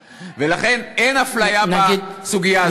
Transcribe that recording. ולכן, אין אפליה בסוגיה הזאת.